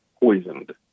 poisoned